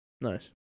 Nice